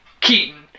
Keaton